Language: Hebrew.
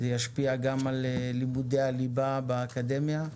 זה ישפיע גם על לימודי הליבה באקדמיה.